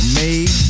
made